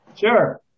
Sure